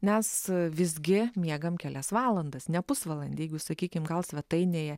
nes visgi miegam kelias valandas ne pusvalandį jeigu sakykim gal svetainėje